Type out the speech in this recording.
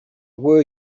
were